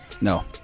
No